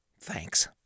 Thanks